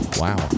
wow